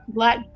Black